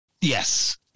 yes